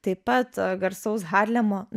taip pat garsaus harlemo